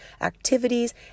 activities